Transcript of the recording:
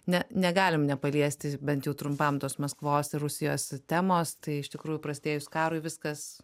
ne negalim nepaliesti bent trumpam tos maskvos ir rusijos temos tai iš tikrųjų prasidėjus karui viskas